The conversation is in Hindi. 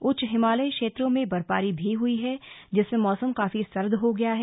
उच्च हिमालयी क्षेत्रों में बर्फबारी भी हुई है जिससे मौसम काफी सर्द हो गया है